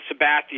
Sabathia